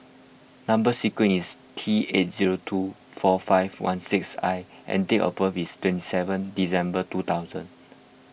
Number Sequence is T eight zero two four five one six I and date of birth is twenty seven December two thousand